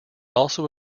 also